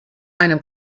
einem